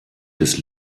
des